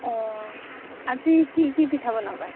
অঁ আজি কি কি পিঠা বনাবা